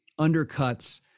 undercuts